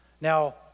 Now